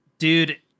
Dude